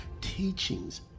teachings